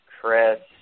Chris